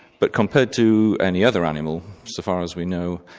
but compared to any other animal, so far as we know,